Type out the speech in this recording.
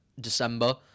December